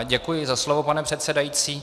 Děkuji za slovo, pane předsedající.